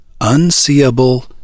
unseeable